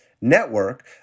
network